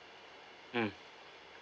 mm